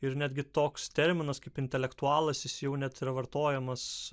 ir netgi toks terminas kaip intelektualas jis jau net yra vartojamas